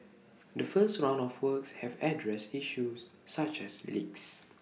the first round of works have addressed issues such as leaks